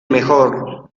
mejor